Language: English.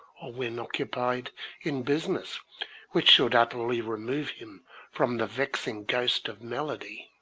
or when occupied in business which should utterly remove him from the vexing ghost of melody.